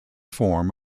form